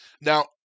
Now